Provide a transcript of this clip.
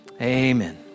Amen